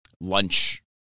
lunch